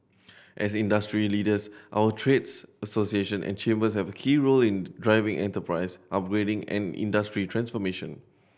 as industry leaders our trades association and chambers have a key role in driving enterprise upgrading and industry transformation